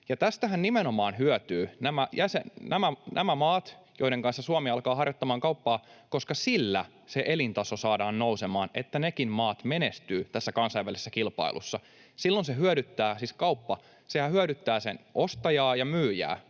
Tästähän nimenomaan hyötyvät nämä maat, joiden kanssa Suomi alkaa harjoittamaan kauppaa, koska sillä se elintaso saadaan nousemaan, niin että nekin maat menestyvät kansainvälisessä kilpailussa. Silloin se hyödyttää, siis kauppa, ostajaa ja myyjää,